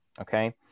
okay